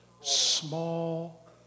small